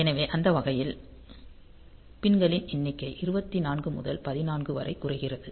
எனவே அந்த வகையில் ஊசிகளின் எண்ணிக்கை 24 முதல் 16 வரை குறைகிறது